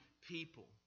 people